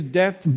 death